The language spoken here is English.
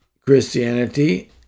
Christianity